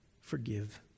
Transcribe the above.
forgive